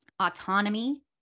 autonomy